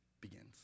begins